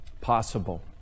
possible